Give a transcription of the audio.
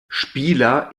spieler